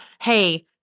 hey